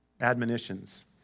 admonitions